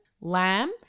lamb